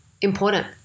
important